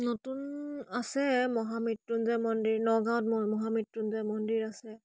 নতুন আছে মহামৃত্যুঞ্জয় মন্দিৰ নগাঁৱত মহামৃত্যুঞ্জয় মন্দিৰ আছে